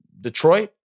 Detroit